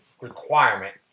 requirement